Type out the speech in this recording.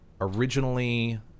originally